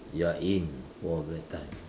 you are in for a bad time